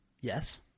Yes